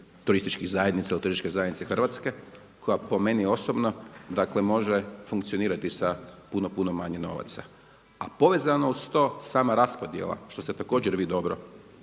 turističkih zajednica ili Turističke zajednice Hrvatske koja po meni osobno dakle može funkcionirati sa puno, puno manje novaca. A povezano uz to sama raspodjela, što ste također vi dobro